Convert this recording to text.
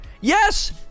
Yes